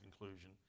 conclusion